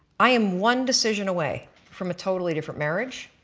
i am one decision away from a totally different marriage,